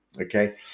okay